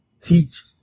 teach